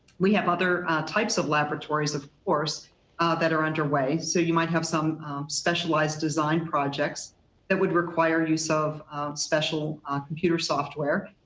we have other types of laboratories of course that are underway. so you might have some specialized design projects that would require use of special computer software.